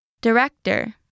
Director